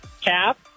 Cap